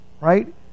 Right